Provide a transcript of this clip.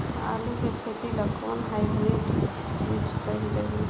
आलू के खेती ला कोवन हाइब्रिड बीज सही रही?